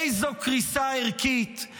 איזו קריסה ערכית.